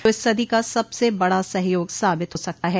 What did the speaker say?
जो इस सदी का सबसे बड़ा सहयोग साबित हो सकता है